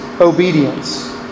obedience